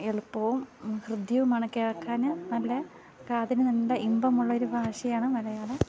എളുപ്പവും ഹൃദ്യവുമാണ് കേൾക്കാൻ നല്ല കാതിന് നല്ല ഇമ്പമുള്ളൊരു ഭാഷയാണ് മലയാളം